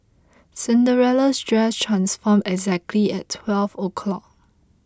Cinderella's dress transformed exactly at twelve o'clock